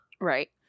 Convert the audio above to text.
Right